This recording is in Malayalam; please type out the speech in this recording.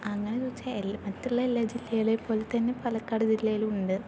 അങ്ങനെ ചോദിച്ചാൽ മറ്റുള്ള എല്ലാ ജില്ലയിലെപ്പോലെത്തന്നെ പാലക്കാട് ജില്ലയിലും ഉണ്ട്